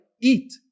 eat